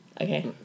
Okay